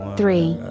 three